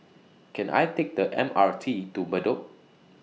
Can I Take The M R T to Bedok